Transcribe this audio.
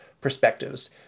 perspectives